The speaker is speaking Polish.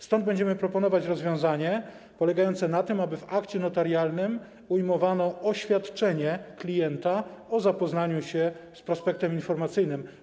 Stąd będziemy proponować rozwiązanie polegające na tym, aby w akcie notarialnym ujmowano oświadczenie klienta o zapoznaniu się z prospektem informacyjnym.